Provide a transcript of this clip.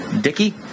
dicky